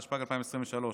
התשפ"ג 2023,